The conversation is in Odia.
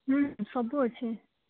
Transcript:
ସବୁ ଅଛି